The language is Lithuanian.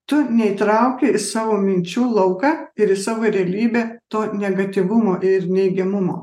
tu neįtrauki į savo minčių lauką ir į savo realybę to negatyvumo ir neigiamumo